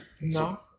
No